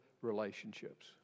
relationships